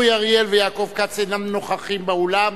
חברי הכנסת אורי אריאל ויעקב כץ אינם נוכחים באולם,